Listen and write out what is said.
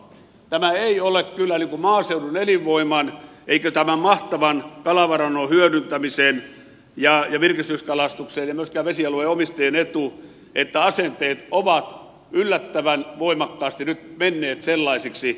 tämä ei ole kyllä maaseudun elinvoiman eikä tämän mahtavan kalavarannon hyödyntämisen ja virkistyskalastuksen eikä myöskään vesialueen omistajien etu että asenteet ovat yllättävän voimakkaasti nyt menneet sellaisiksi